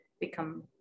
become